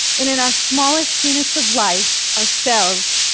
and in our smallest units of life, our cells,